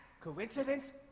Coincidence